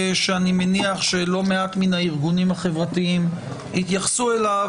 שאני מניח שלא מעט מהארגונים החברתיים יתייחסו אליו,